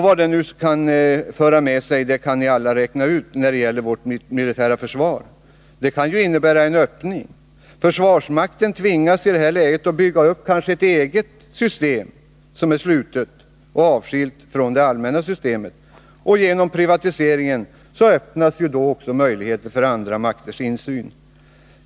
Vad det kan föra med sig när det gäller vårt militära försvar kan ni alla räkna ut. Det kan ju innebära en öppning. Försvarsmakten tvingas kanske bygga upp ett eget system som är slutet och avskilt från det allmänna systemet, och genom privatiseringen öppnas då möjligheter för andra makters insyn.